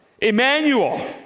Emmanuel